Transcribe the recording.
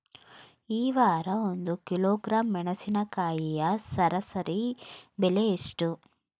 ಈ ವಾರ ಒಂದು ಕಿಲೋಗ್ರಾಂ ಮೆಣಸಿನಕಾಯಿಯ ಸರಾಸರಿ ಬೆಲೆ ಎಷ್ಟು?